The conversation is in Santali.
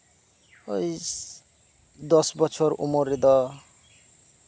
ᱳᱭ ᱫᱚᱥ ᱵᱚᱪᱷᱚᱨ ᱩᱢᱮᱨ ᱨᱮᱫᱚ